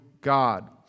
God